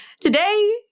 Today